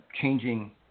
changing